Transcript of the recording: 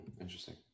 Interesting